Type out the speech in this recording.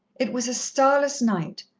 it was a starless night,